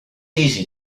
easy